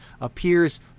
appears